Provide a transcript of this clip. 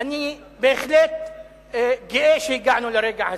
אני בהחלט גאה שהגענו לרגע הזה.